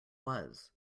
was